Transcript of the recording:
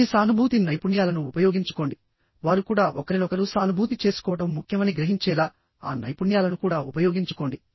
మీ సానుభూతి నైపుణ్యాలను ఉపయోగించుకోండి వారు కూడా ఒకరినొకరు సానుభూతి చేసుకోవడం ముఖ్యమని గ్రహించేలా ఆ నైపుణ్యాలను కూడా ఉపయోగించుకోండి